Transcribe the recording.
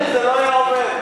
בלעדינו זה לא היה עובר.